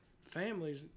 families